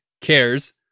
CARES